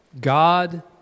God